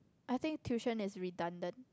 I think tuition is redundant